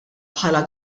bħala